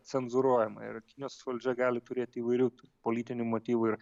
cenzūruojama ir nes valdžia gali turėti įvairių politinių motyvų ir